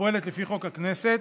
הפועלת לפי חוק הכנסת,